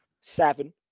Seven